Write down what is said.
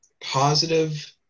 positive